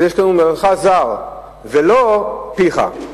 ואז יש כאלה שאומרים: יהללך זר, וָלא, פיך.